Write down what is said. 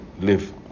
live